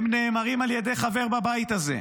הם נאמרים על ידי חבר בבית הזה.